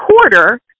quarter –